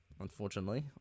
unfortunately